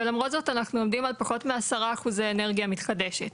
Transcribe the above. ולמרות זאת אנחנו עומדים על פחות מ-10% אנרגיה מתחדשת.